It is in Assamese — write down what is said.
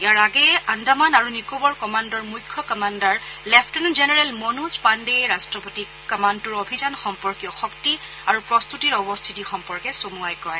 ইয়াৰ আগেয়ে আন্দামান আৰু নিকোবৰ কমাণ্ডৰ মুখ্য কমাণ্ডাৰ লেফটেনেণ্ট জেনেৰেল মনোজ পাণ্ডেয়ে ৰাষ্ট্ৰপতিক কমাণ্ডটোৰ অভিযান সম্পৰ্কীয় শক্তি আৰু প্ৰস্তুতিৰ অৱস্থিতি সম্পৰ্কে চমুৱাই কয়